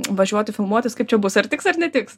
važiuoti filmuotis kaip čia bus ar tiks ar netiks